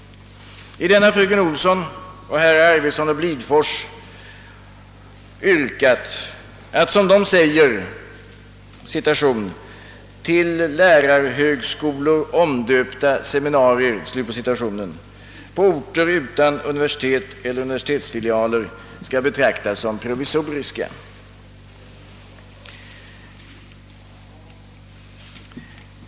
I den har fröken Olsson och herrar Arvidson och Blidfors yrkat att, som de säger, »till ”lärarhögskolor” omdöpta seminarier» på orter utan universitet eller universitetsfilialer skall betraktas som provisoriska.